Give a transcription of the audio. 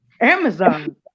Amazon